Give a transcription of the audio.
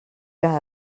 que